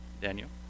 Daniel